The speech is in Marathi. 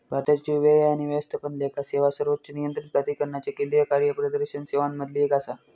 भारताची व्यय आणि व्यवस्थापन लेखा सेवा सर्वोच्च नियंत्रण प्राधिकरणाच्या केंद्रीय कार्यप्रदर्शन सेवांमधली एक आसा